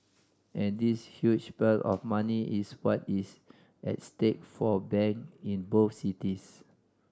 and this huge pile of money is what is at stake for bank in both cities